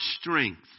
strength